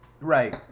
Right